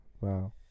Wow